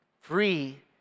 free